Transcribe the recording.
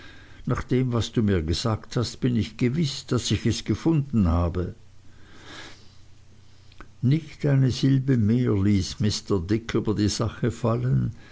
nach dem was du mir gesagt hast bin ich gewiß daß ich es gefunden habe nicht eine silbe mehr ließ mr dick über die sache fallen